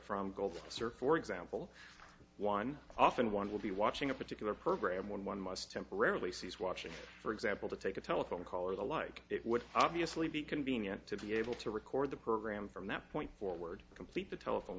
or for example one often one will be watching a particular program when one must temporarily seize watching for example to take a telephone call or the like it would obviously be convenient to be able to record the programme from that point forward complete the telephone